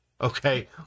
okay